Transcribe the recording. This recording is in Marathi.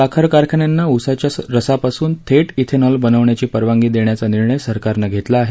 साखर कारखान्यांना उसाच्या रसापासून थेट शिनॉल बनवण्याची परवानगी देण्याचा निर्णय सरकारनं घेतला आहे